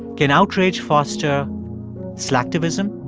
can outrage foster slacktivism?